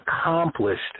accomplished